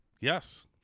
Yes